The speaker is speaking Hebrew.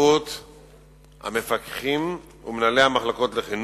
הפזורים ברחבי